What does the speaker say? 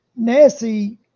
Nessie